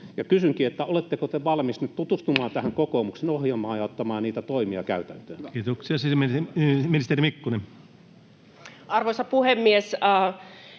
nyt tutustumaan tähän kokoomuksen ohjelmaan ja ottamaan niitä toimia käytäntöön? Kiitoksia. — Sisäministeri Mikkonen. Arvoisa puhemies!